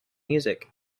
music